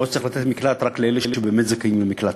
או שצריך לתת מקלט רק לאלה שבאמת זכאים למקלט,